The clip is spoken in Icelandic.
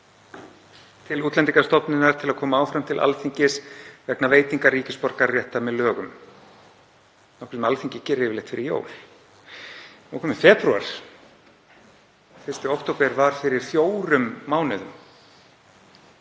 til Útlendingastofnunar til að koma áfram til Alþingis vegna veitingar ríkisborgararéttar með lögum. Nokkuð sem Alþingi gerir yfirleitt fyrir jól. Nú er kominn febrúar. 1. október var fyrir fjórum mánuðum.